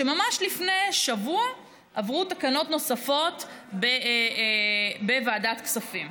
וממש לפני שבוע עברו תקנות נוספות בוועדת הכספים.